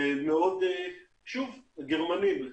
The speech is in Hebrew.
מאוד גרמנים,